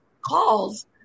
calls